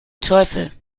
teufel